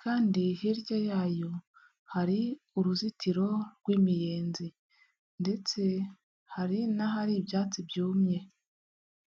kandi hirya yayo hari uruzitiro rw'imiyenzi ndetse hari n'ahari ibyatsi byumye.